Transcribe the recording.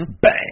Bang